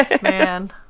Man